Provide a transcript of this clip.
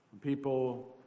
people